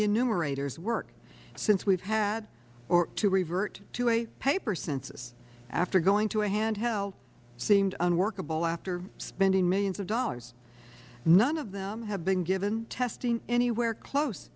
enumerators work since we have had to revert to a paper census after going to a handheld seemed unworkable after spending millions of dollars none of them have been given testing anywhere close